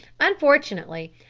unfortunately,